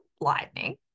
lightning